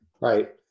right